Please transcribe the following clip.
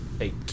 eight